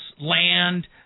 land